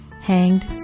hanged